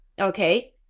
Okay